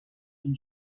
and